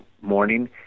morning